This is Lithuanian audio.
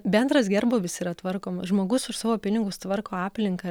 bendras gerbūvis yra tvarkomas žmogus už savo pinigus tvarko aplinką